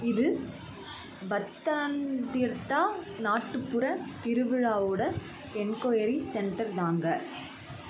இது பத்தாந்திட்டா நாட்டுப்புற திருவிழாவோடய என்கொயரி சென்டர் தாங்க